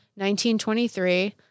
1923